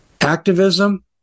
Activism